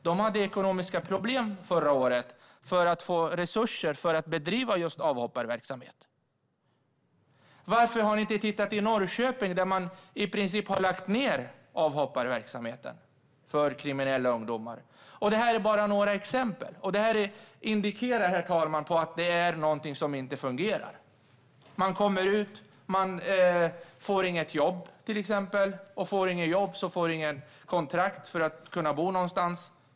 De hade ekonomiska problem förra året och hade svårt att få resurser för att bedriva just avhopparverksamhet. Varför har ni inte tittat på Norrköping, där man i princip har lagt ned avhopparverksamheten för kriminella ungdomar? Detta är bara några exempel, och de indikerar att det är någonting som inte fungerar. Den som kommer ut från en anstalt får kanske inte något jobb. Och får man inget jobb får man inget kontrakt på en bostad.